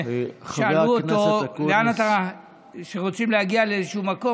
ששאלו אותו איך להגיע לאיזשהו מקום,